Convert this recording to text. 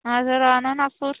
माझं राहणं नागपूर